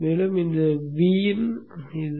மேலும் இது Vin ஆக இருக்கும்